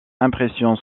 impression